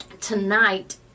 tonight